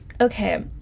okay